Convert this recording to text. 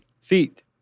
Feet